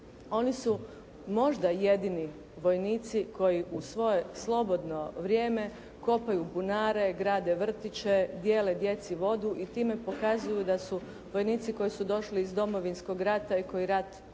Oni su možda jedini vojnici koji u svoje slobodno vrijeme kopaju bunare, grade vrtiće, dijele djeci vodu i time pokazuju da su vojnici koji su došli iz domovinskog rata i koji rat i